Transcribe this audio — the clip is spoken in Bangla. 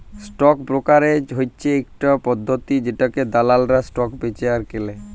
স্টক ব্রকারেজ হচ্যে ইকটা পদ্ধতি জেটাতে দালালরা স্টক বেঁচে আর কেলে